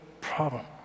problem